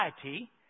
society